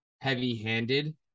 heavy-handed